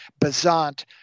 Bazant